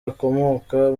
akomoka